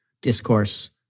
discourse